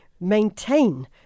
maintain